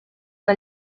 una